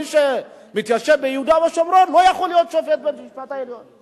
שמי שמתיישב ביהודה ושומרון לא יכול להיות שופט בית-המשפט העליון.